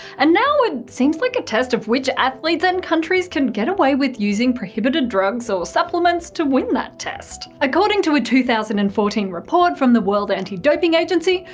and now, it seems like a test of which athletes and countries can get away with using prohibited drugs or supplements to win that test. according to a two thousand and fourteen report from the world anti-doping agency,